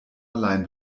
allein